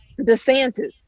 DeSantis